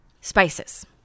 spices